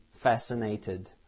fascinated